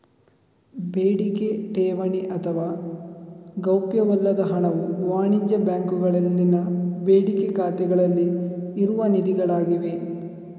ಬೇಡಿಕೆ ಠೇವಣಿ ಅಥವಾ ಗೌಪ್ಯವಲ್ಲದ ಹಣವು ವಾಣಿಜ್ಯ ಬ್ಯಾಂಕುಗಳಲ್ಲಿನ ಬೇಡಿಕೆ ಖಾತೆಗಳಲ್ಲಿ ಇರುವ ನಿಧಿಗಳಾಗಿವೆ